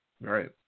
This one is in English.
Right